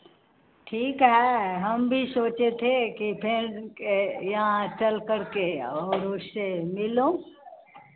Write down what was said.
ठीक है हम भी सोचे थे कि फैन के यहाँ चल करके और उससे मिलूँ